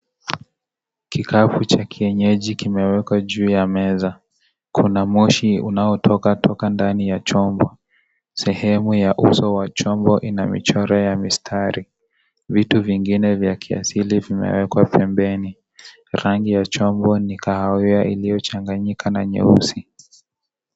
Kikapu cha kienyeji kimewekwa juu ya meza kuna moshi unao toka toka ndani ya chombo, sehemu ya uso wa chombo ina michoro ya mistari vitu vingine vya kiasili vimewekwa pembeni rangi ya chombo ni kahawia iliyochanganyika na nyeusi.